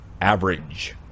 average